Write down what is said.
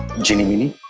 genie meanie,